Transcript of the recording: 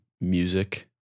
music